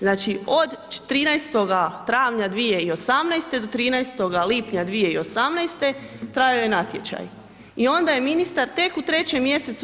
Znači od 13. travnja 2018. do 13. lipnja 2018. trajao je natječaj i onda je ministar tek u 3. mj.